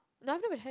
no I've never had it